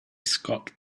scott